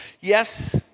Yes